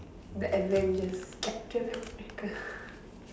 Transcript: the Avengers captain-America